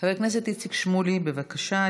חבר הכנסת איציק שמולי, בבקשה.